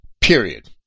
Period